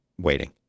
waiting